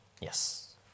Yes